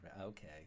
Okay